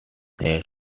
said